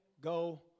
go